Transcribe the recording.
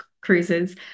cruises